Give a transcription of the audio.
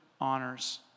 honors